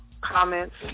comments